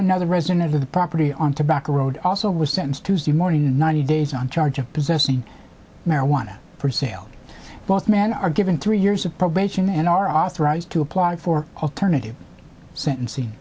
another resident of the property on tobacco road also was sentenced tuesday morning ninety days on charge of possessing marijuana for sale both men are given three years of probation and are authorized to applaud for alternative sentencing